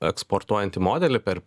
eksportuojantį modelį per